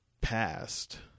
past